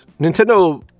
nintendo